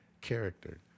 character